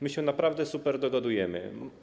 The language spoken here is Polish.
My się naprawdę super dogadujemy.